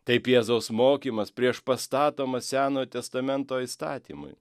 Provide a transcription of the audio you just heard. taip jėzaus mokymas priešpastatomas senojo testamento įstatymui